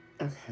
Okay